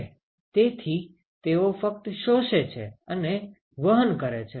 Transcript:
તેથી તેઓ ફક્ત શોષે છે અને વહન કરે છે